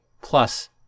plus